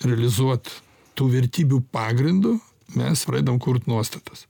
realizuot tų vertybių pagrindu mes pradedam kurt nuostatas